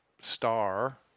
star